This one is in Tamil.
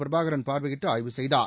பிரபாகரன் பார்வையிட்டு ஆய்வு செய்தார்